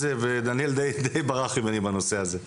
בריכות עם מזרקות גם.